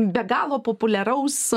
be galo populiaraus